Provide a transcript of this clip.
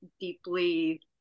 deeply